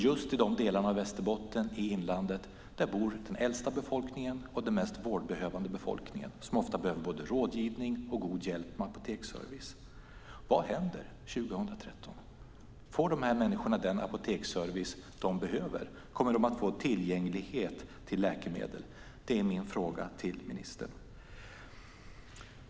Just i de delarna av Västerbotten, i inlandet, bor den äldsta befolkningen och den mest vårdbehövande befolkningen, som ofta behöver både rådgivning och god hjälp med apoteksservice. Vad händer 2013? Får de här människorna den apoteksservice som de behöver? Kommer de att ha tillgång till läkemedel? Det är min fråga till ministern.